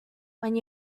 when